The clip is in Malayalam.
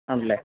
ആണല്ലേ